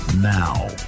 Now